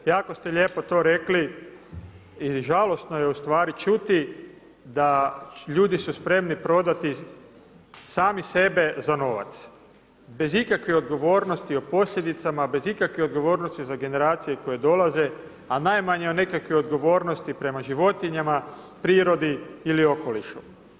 Jako ste lijepo to rekli i žalosno je u stvari čuti da ljudi su spremni prodati sami sebe za novac bez ikakve odgovornosti o posljedicama, bez ikakve odgovornosti za generacije koje dolaze, a najmanje o nekakvoj odgovornosti prema životinjama, prirodi ili okolišu.